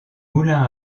moulin